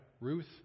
Ruth